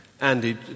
Andy